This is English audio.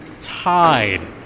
tied